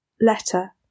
Letter